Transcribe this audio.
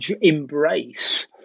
embrace